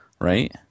right